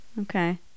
Okay